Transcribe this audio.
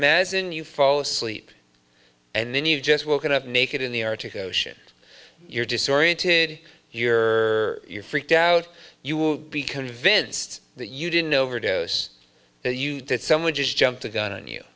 mess in you fall asleep and then you've just woken up naked in the arctic ocean you're disoriented you're you're freaked out you will be convinced that you didn't overdose you did someone just jump the gun and you